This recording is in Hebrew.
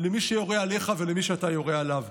למי שיורה עליך ולמי שאתה יורה עליו.